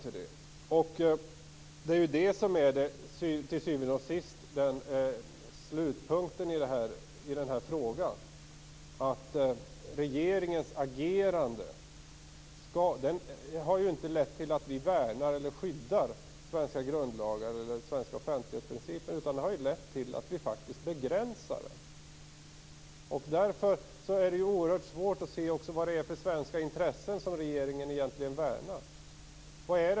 Till syvende och sist är slutpunkten i den här frågan att regeringens agerande inte har lett till att vi värnar eller skyddar svensk grundlag och svensk offentlighetsprincip. I stället har det lett till att vi faktiskt begränsar dem. Därför är det oerhört svårt att se vilka svenska intressen som regeringen egentligen värnar.